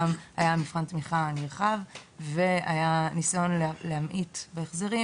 גם מבחן תמיכה נרחב וגם ניסיון להמעיט בהחזרים,